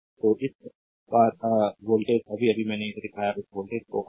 तो इस पार वोल्टेज अभी अभी मैंने इसे दिखाया उस वोल्टेज को आर